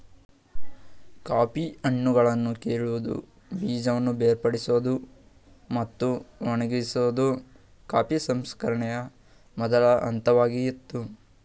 coffee ಹಣ್ಣುಗಳನ್ನು ಕೀಳುವುದು ಬೀಜವನ್ನು ಬೇರ್ಪಡಿಸೋದು ಮತ್ತು ಒಣಗಿಸೋದು ಕಾಫಿ ಸಂಸ್ಕರಣೆಯ ಮೊದಲ ಹಂತವಾಗಯ್ತೆ